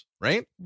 right